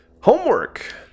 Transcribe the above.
homework